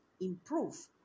improve